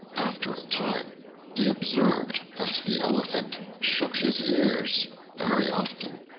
after a time he observed that the elephant shook his ears very often,